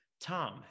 Tom